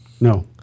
No